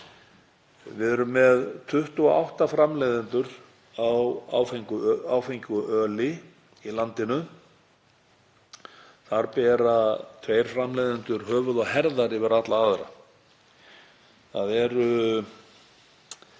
Við erum með 28 framleiðendur á áfengu öli í landinu. Þar bera tveir framleiðendur höfuð og herðar yfir alla aðra. Það eru